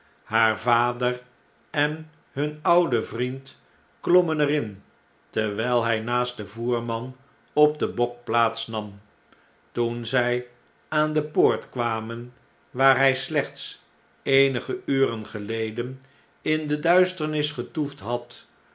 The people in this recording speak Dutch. haar vader en hun oude vriend klommen er in terwijl hij naast den voerman op den bok plaats nam toen zij aan de poort kwamen waar hij slechts eenige uren geleden in de duisternis getoefd had